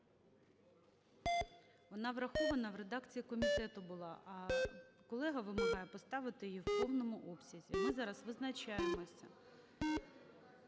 Вона врахована в редакції комітету була, а колега вимагає поставити її в повному обсязі. Ми зараз визначаємося.